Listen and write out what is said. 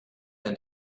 and